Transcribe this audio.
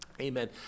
Amen